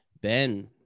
Ben